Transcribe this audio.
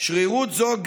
--- שרירות זאת,